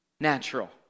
natural